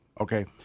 Okay